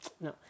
no